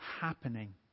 happening